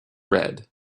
red